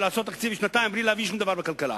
לעשות תקציב לשנתיים בלי להבין שום דבר בכלכלה.